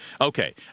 Okay